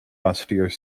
austere